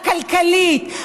הכלכלית,